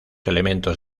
elementos